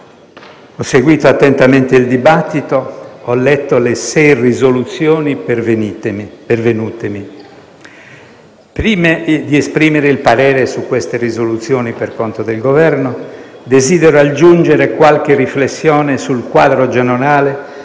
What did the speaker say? Ho seguito attentamente il dibattito, ho letto le sei risoluzioni pervenutami. Prima di esprimere il parere su queste risoluzioni per conto del Governo, desidero aggiungere qualche riflessione sul quadro generale